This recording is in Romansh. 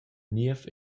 niev